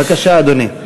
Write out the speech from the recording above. בבקשה, אדוני.